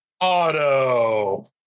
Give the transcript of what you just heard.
Auto